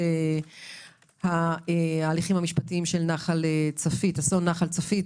בעקבות ההליכים המשפטיים של אסון נחל צפית,